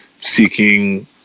seeking